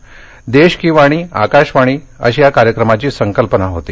देश की वाणी आकाशवाणी अशी या कार्यक्रमाची संकल्पना होती